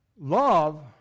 Love